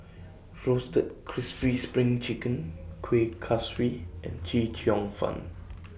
Roasted Crispy SPRING Chicken Kueh Kaswi and Chee Cheong Fun